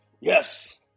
Yes